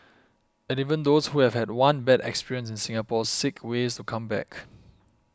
and even those who have had one bad experience in Singapore seek ways to come back